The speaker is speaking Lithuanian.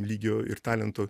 lygio ir talento